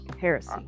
Heresy